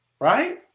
Right